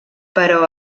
però